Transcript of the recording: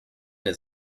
his